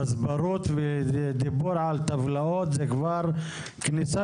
גזברות ודיבור על טבלאות זה כבר כניסה